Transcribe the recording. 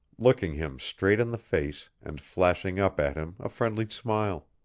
looking him straight in the face and flashing up at him a friendly smile.